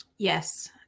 Yes